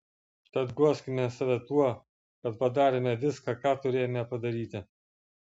tad guoskime save tuo kad padarėme viską ką turėjome padaryti